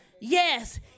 Yes